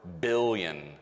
billion